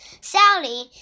Sally